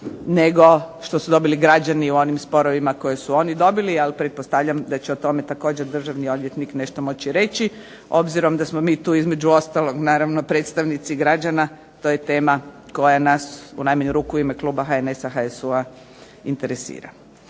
nego što su dobili građani u onim sporovima koje su oni dobili. Ali pretpostavljam da će o tome također državni odvjetnik nešto moći reći, obzirom da smo mi tu između ostalog naravno predstavnici građana. To je tema koja nas u najmanju ruku u ime kluba HNS-a, HSU-a interesira.